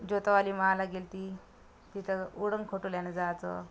ज्योतवाली माँला गेली होती तिथं उडन खटोल्यानं जायचं